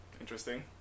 interesting